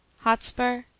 Hotspur